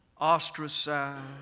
ostracized